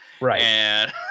right